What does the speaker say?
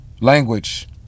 language